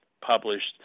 published